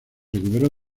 recuperó